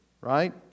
right